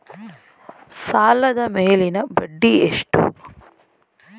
ಸಾಲದ ಮೇಲಿನ ಬಡ್ಡಿ ಎಷ್ಟು?